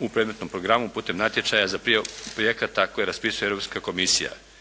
u predmetnom programu putem natječaja za prijavu projekata koje raspisuje Europska komisija.